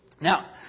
Now